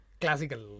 classical